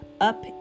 up